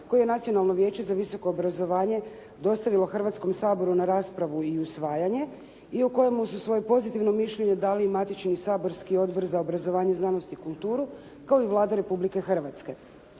koje je Nacionalno vijeće za visoko obrazovanje dostavilo Hrvatskom saboru na raspravu i usvajanje i o kojem su svoje pozitivno mišljenje dali i matični saborski Odbor za obrazovanje, znanost i kulturu kao i Vlade Republike Hrvatske.